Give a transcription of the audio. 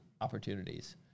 opportunities